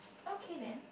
okay then